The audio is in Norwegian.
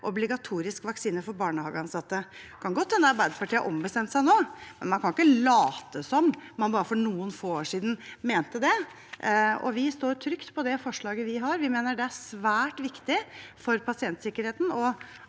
obligatorisk vaksine for barnehageansatte». Det kan godt hende Arbeiderpartiet har ombestemt seg nå, men man kan ikke late som om man bare for noen få år siden ikke mente det. Vi står trygt på det forslaget vi har. Vi mener det er svært viktig for pasientsikkerheten,